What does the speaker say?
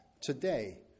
today